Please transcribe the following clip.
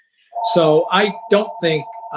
so i don't think